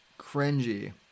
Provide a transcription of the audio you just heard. cringy